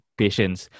patients